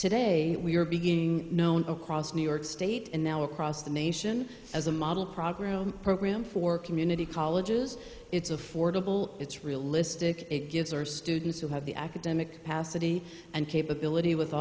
today we are beginning known across new york state and now across the nation as a model program program for community colleges it's affordable it's realistic it gives our students who have the academic pasadena and capability with